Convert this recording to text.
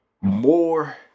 More